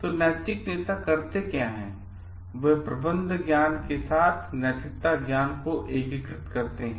तो नैतिक नेता क्या करते हैं वे प्रबंधन ज्ञान के साथ नैतिकता ज्ञान को एकीकृत करते हैं